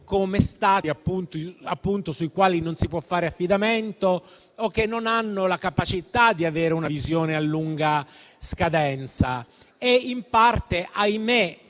come Stati sui quali non si può fare affidamento o che non hanno la capacità di avere una visione a lunga scadenza.